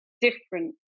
different